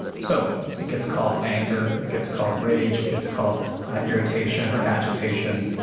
so it gets called anger, it gets called rage, it gets called irritation or agitation.